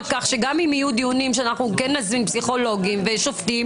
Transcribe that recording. כך שגם אם יהיו דיונים שבהם נזמין פסיכולוגים ושופטים,